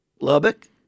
Lubbock